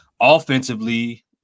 offensively